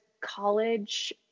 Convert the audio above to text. college